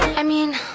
i mean,